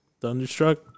Thunderstruck